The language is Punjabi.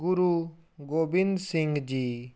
ਗੁਰੂ ਗੋਬਿੰਦ ਸਿੰਘ ਜੀ